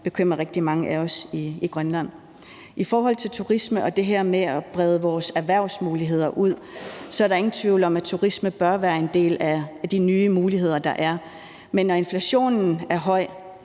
bekymrer rigtig mange af os i Grønland. I forhold til turisme og det her med at brede vores erhvervsmuligheder ud er der ingen tvivl om, af turisme bør være en del af de nye muligheder, der er. Men når inflationen er høj,